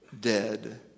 dead